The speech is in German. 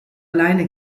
alleine